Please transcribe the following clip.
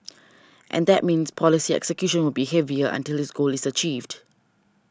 and that means policy execution will be heavier until his goal is achieved